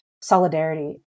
solidarity